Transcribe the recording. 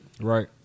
Right